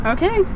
Okay